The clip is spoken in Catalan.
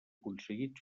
aconseguit